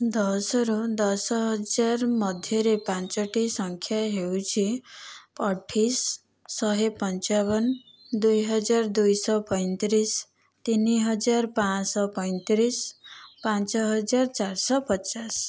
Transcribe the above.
ଦଶ ରୁ ଦଶହଜାର ମଧ୍ୟରେ ପାଞ୍ଚୋଟି ସଂଖ୍ୟା ହେଉଛି ଅଠେଇଶ ଶହେ ପଞ୍ଚାବନ ଦୁଇହଜାର ଦୁଇଶହ ପଞ୍ଚତିରିଶ ତିନିହଜାର ପାଞ୍ଚଶହ ପଞ୍ଚତିରିଶ ପାଞ୍ଚହଜାର ଚାରିଶହ ପଚାଶ